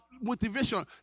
motivation